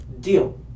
deal